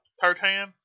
Tartan